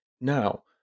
Now